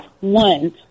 one